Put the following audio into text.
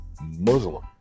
Muslim